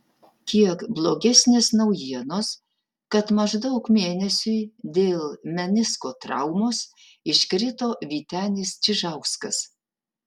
kiek blogesnės naujienos kad maždaug mėnesiui dėl menisko traumos iškrito vytenis čižauskas